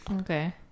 okay